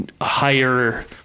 higher